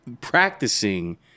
practicing